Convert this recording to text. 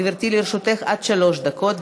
גברתי, לרשותך עד שלוש דקות.